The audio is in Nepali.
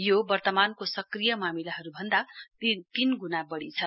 यो वर्तमानको सक्रिय मामिलाहरू भन्दा तीन ग्णा बढी छ